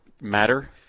matter